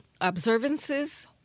observances